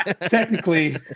Technically